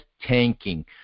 tanking